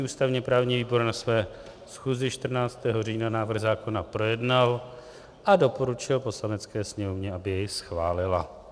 Ústavněprávní výbor na své schůzi 14. října návrh zákona projednal a doporučil Poslanecké sněmovně, aby jej schválila.